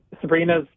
sabrina's